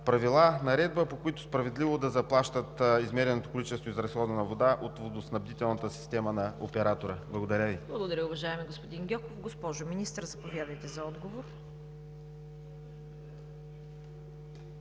правила и наредба, по които справедливо да заплащат измереното количество изразходвана вода от водоснабдителната система на оператора? Благодаря Ви. ПРЕДСЕДАТЕЛ ЦВЕТА КАРАЯНЧЕВА: Благодаря, уважаеми господин Гьоков. Госпожо Министър, заповядайте за отговор.